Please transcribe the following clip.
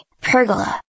Pergola